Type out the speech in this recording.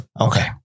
Okay